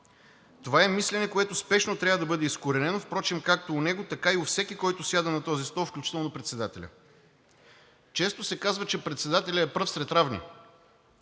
Това е мислене, което спешно трябва да бъде изкоренено, впрочем както у него, така и у всеки, който сяда на този стол, включително председателят. Често се казва, че председателят е пръв сред равни,